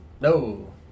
No